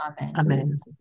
Amen